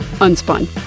Unspun